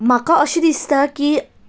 म्हाका अशें दिसता की